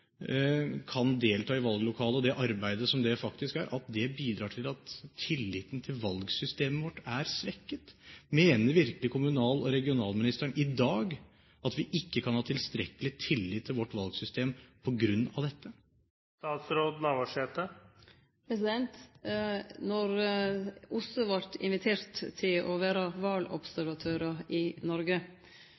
kan delta i valglokalet og arbeidet der, bidrar til at tilliten til valgsystemet vårt er svekket? Mener virkelig kommunal- og regionalministeren – i dag – at vi ikke kan ha tilstrekkelig tillit til vårt valgsystem på grunn av dette? Då OSSE vart invitert til å vere valobservatør i